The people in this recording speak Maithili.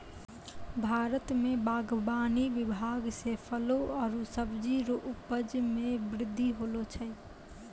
भारत मे बागवानी विभाग से फलो आरु सब्जी रो उपज मे बृद्धि होलो छै